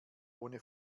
ohne